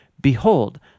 Behold